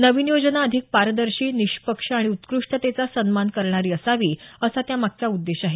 नवीन योजना अधिक पारदर्शी निपक्ष आणि उत्कृष्टतेचा सन्मान करणारी असावी असा त्यामागचा उद्देश आहे